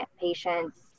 patients